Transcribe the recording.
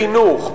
בחינוך,